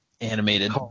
animated